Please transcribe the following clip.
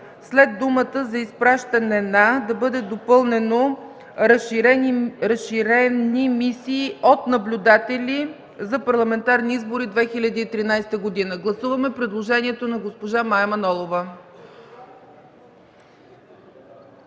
след думите „за изпращане на” да бъде допълнено: „разширени мисии от наблюдатели за Парламентарни избори 2013 г.”. Гласуваме предложението на госпожа Мая Манолова.